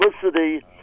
publicity